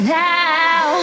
now